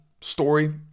story